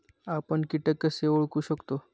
आपण कीटक कसे ओळखू शकतो?